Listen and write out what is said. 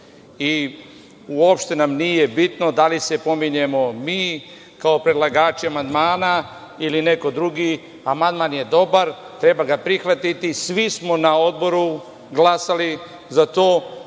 Uopšte nam nije bitno da li se pominjemo mi kao predlagači amandmana ili neko drugi. Amandman je dobar, treba ga prihvatiti. Svi smo na Odboru glasali za to,